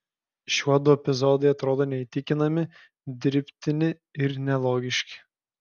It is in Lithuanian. šiuodu epizodai atrodo neįtikinami dirbtini ir nelogiški